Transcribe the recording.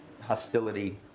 hostility